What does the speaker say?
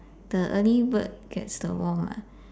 the early bird gets the worm ah